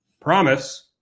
promise